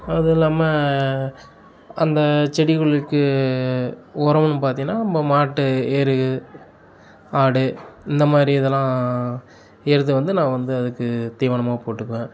அது இல்லாமல் அந்த செடிகளுக்கு உரம்னு பார்த்திங்கனா நம்ம மாட்டு எரு ஆடு இந்தமாதிரி இதலாம் எருவை வந்து நான் வந்து அதுக்கு தீவனமாக போட்டுக்குவேன்